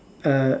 uh